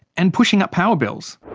and pushing up power bills.